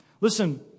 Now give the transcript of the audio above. Listen